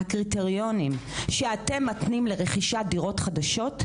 הקריטריונים שאתם מתנים לרכישת דירות חדשות,